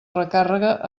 recàrrega